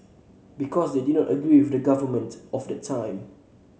because they did not agree with the government of that time